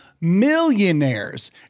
millionaires